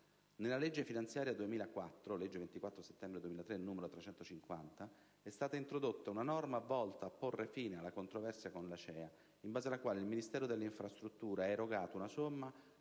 Nella legge finanziaria 2004 (legge 24 dicembre 2003 n. 350) è stata introdotta una norma volta a porre fine alla controversia con l'ACEA, in base alla quale il Ministero delle infrastrutture ha erogato una somma